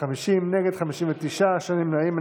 בעד, 49, נגד, 59, שלושה נמנעים.